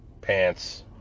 pants